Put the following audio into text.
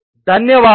ధన్యవాదాలు